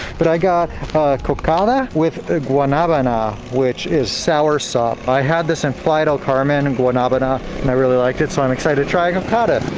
but i got a cocada with guanabana which is soursop. i had this in playa del carmen, and guanabana, and i really liked it so i'm excited to try a cocada.